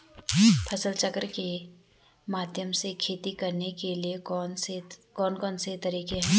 फसल चक्र के माध्यम से खेती करने के लिए कौन कौन से तरीके हैं?